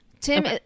Tim